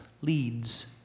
leads